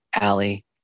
Allie